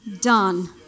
done